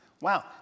Wow